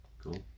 Cool